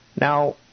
Now